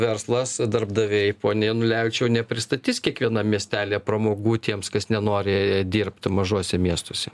verslas darbdaviai pone jenulevičiau nepristatys kiekvienam miestelyje pramogų tiems kas nenori dirbt mažuose miestuose